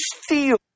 steal